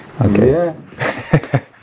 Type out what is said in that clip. Okay